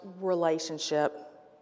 relationship